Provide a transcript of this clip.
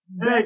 Hey